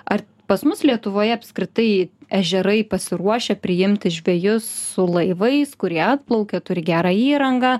ar pas mus lietuvoje apskritai ežerai pasiruošę priimti žvejus su laivais kurie atplaukia turi gerą įrangą